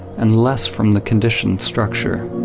and less from the conditioned structure.